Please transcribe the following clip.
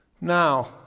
Now